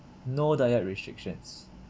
no diet restrictions